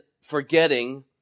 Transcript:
forgetting